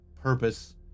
purpose